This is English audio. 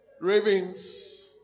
ravens